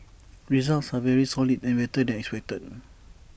results are very solid and better than expected